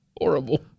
Horrible